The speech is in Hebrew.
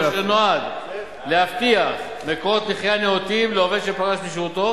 אשר נועד להבטיח מקורות מחיה נאותים לעובד שפרש משירותו